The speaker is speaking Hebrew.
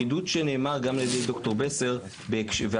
כפי שנאמר על ידי ד"ר בסר ואחרים,